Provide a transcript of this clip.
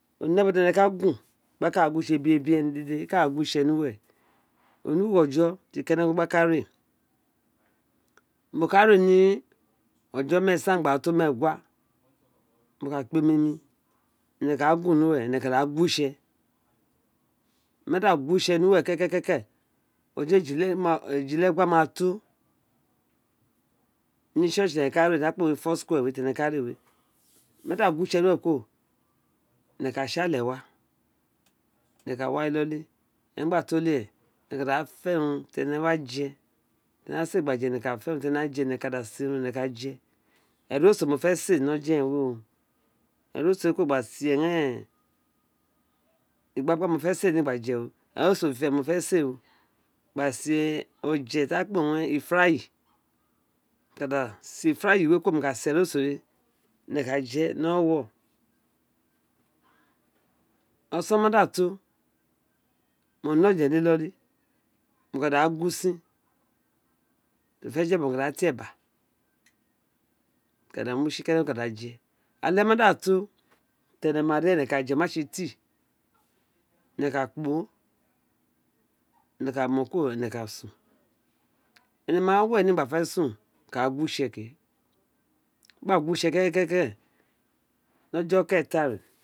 Oi né ubo ti éné ka gun gba ka gu wo itse obiren obiren obiren ghan dédé owun re ka ore gba gu wo itse nu we o ni ughọjo ti éné gba ka re mo ka, re ni ughgọ méèsan gba to ughọjo meègua mo ka kpe omemi énè ka da gun ni uwo énè ka da gu wo itse éne ma da gu wo itse nu we ke keke ughojo e i-le-gua ma to ní church ti énè ka re ti a kpe wun foursquare we ti énè ka re we mo ka gu wo itse ghaan kuro mo ka da tsi valè di éé wa énè ka wa ni ílolí temi gba to uli rẹn énè ka da fe urun tí énè wa jé ur énè ka sẹ gba je éné ka se urun tí enè wa ja eroso omo fé se ní ora ojo eren o mo fe se o kuro mo ka da were o ma tsi igbagba mo fé se o gba se ojo ti a kpe wun ifira mo ka da se ifira kuro mo ka se eroso we énè ka daje ní owo̠wo ọson ma da to mo né oje ní iloli mo ka da gun usin tí o fé jé eba ka da ti éè ẹba mo ka da mu tsi énè kada je alè ma da tó ténè ma tsi tea énè ka kpónè ka mó kuro énè ka sun énè́ sun énè ka guwo itse ke énè gba gu wi itse ke ke ke ki ni ojọ ọkéeta réèni